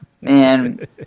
Man